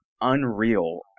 unreal